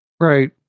Right